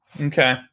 Okay